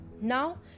now